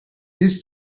bis